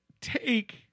take